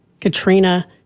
Katrina